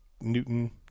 Newton